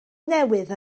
newydd